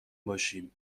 باشیم